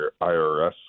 IRS